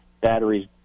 batteries